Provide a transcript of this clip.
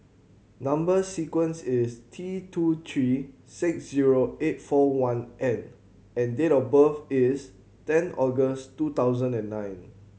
number sequence is T two three six zero eight four one N and date of birth is ten August two thousand and nine